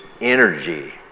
energy